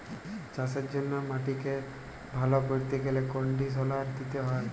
চাষের জ্যনহে মাটিক ভাল ক্যরতে গ্যালে কনডিসলার দিতে হয়